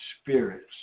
spirits